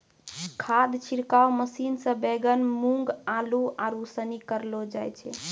खाद छिड़काव मशीन से बैगन, मूँग, आलू, आरू सनी करलो जाय छै